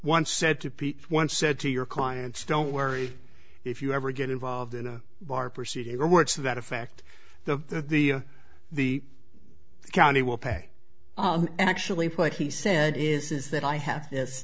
once said to be once said to your clients don't worry if you ever get involved in a bar proceeding or words to that effect the the county will pay and actually put he said is that i have this